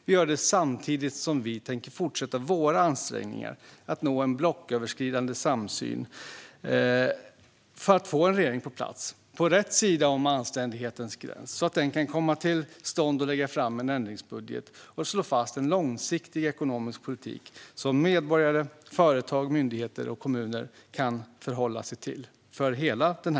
Vi gör detta samtidigt som vi tänker fortsätta våra ansträngningar att nå en blocköverskridande samsyn för att få en regering på plats på rätt sida om anständighetens gräns, så att den kan lägga fram en ändringsbudget och slå fast en långsiktig ekonomisk politik för hela denna mandatperiod som medborgare, företag, myndigheter och kommuner kan förhålla sig till. Herr talman!